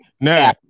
Now